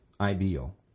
ideal